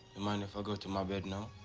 mind if i go to my bed now?